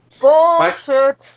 Bullshit